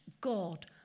God